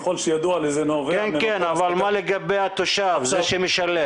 כן, כן, אבל מה לגבי התושב, זה שמשלם?